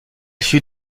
fut